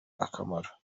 akamaro